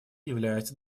является